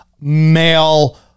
male